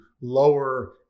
lower